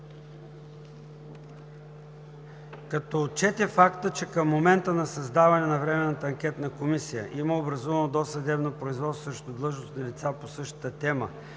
Като се отчете фактът, че към момента на създаване на Временната анкетна комисия има образувано досъдебно производство срещу длъжностни лица по същата тема,